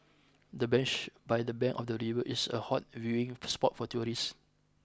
the bench by the bank of the river is a hot viewing spot for tourists